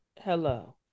hello